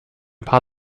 paar